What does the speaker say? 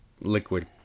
liquid